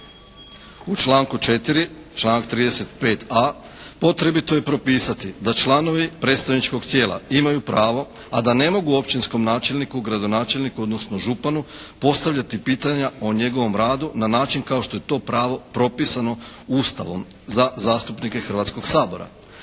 U članku 4. članak 35a. potrebito je propisati da članovi predstavničkog tijela imaju pravo, a da ne mogu općinskom načelniku, gradonačelniku, odnosno županu postavljati pitanja o njegovom radu na način kao što je to pravo propisano Ustavom za zastupnike Hrvatskog sabora.